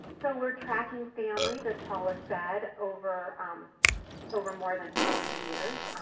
so were tracking families, as paula said, over um over more than forty years,